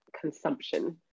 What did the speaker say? consumption